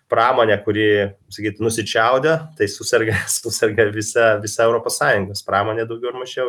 pramonę kuri sakyt nusičiaudi tai suserga suserga visa visa europos sąjungos pramonė daugiau ar mažiau